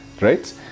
right